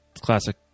classic